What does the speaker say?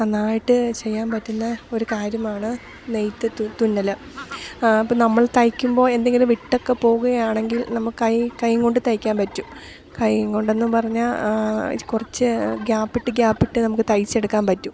നന്നായിട്ട് ചെയ്യാന് പറ്റുന്ന ഒരു കാര്യമാണ് നെയ്ത്ത് തുന്നല് അപ്പോള് നമ്മൾ തയ്ക്കുമ്പോള് എന്തെങ്കിലും വിട്ടൊക്കെ പോവുകയാണെങ്കിൽ നമുക്ക് കൈ കൊണ്ടു തയ്ക്കാന് പറ്റും കൈ കൊണ്ടെന്നും പറഞ്ഞാല് കുറച്ച് ഗ്യാപ്പിട്ട് ഗ്യാപ്പിട്ട് നമുക്ക് തയ്ച്ചെടുക്കാന് പറ്റും